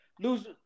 lose